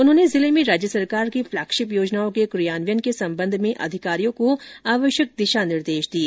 उन्होंने जिले में राज्य सरकार की फ्लेगशिप योजनाओं के क्रियान्वयन के संबंध में अधिकारियों को आवश्यक दिशा निर्देश प्रदान किए